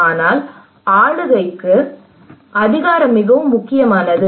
ஆனால் ஆளுகைக்கு அதிகாரம் மிகவும் முக்கியமானது